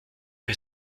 que